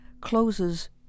closes